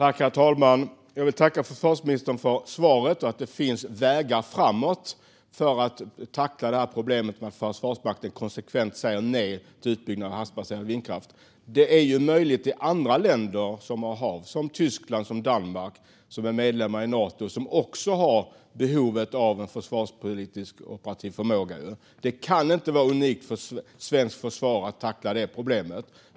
Herr talman! Jag vill tacka försvarsministern för svaret och för att det finns vägar framåt för att tackla problemet med att Försvarsmakten konsekvent säger nej till utbyggnad av havsbaserad vindkraft. Det är ju möjligt i andra länder som Tyskland och Danmark som är medlemmar i Nato och som också har behovet av en försvarspolitisk operativ förmåga. Det kan inte vara unikt för svenskt försvar att tackla det problemet.